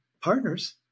partners